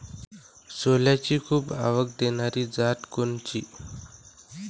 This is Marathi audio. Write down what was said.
सोल्याची खूप आवक देनारी जात कोनची?